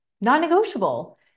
Non-negotiable